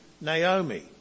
Naomi